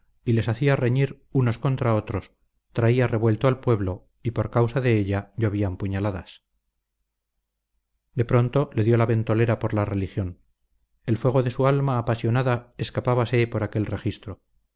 y les hacía reñir unos contra otros traía revuelto al pueblo y por causa de ella llovían puñaladas de pronto le dio la ventolera por la religión el fuego de su alma apasionada escapábase por aquel registro